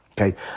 Okay